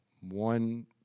one